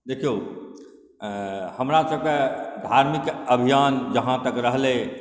देखिऔ हमरा सबके धार्मिक अभियान जहाँ तक रहलै